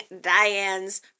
Diane's